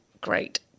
great